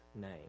name